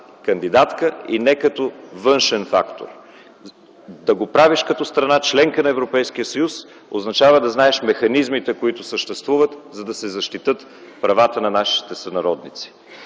кандидатка и не като външен фактор. Да го правиш като страна – членка на Европейския съюз, означава да знаеш механизмите, които съществуват, за да се защитят правата на нашите сънародници.